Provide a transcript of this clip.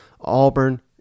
Auburn